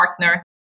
partner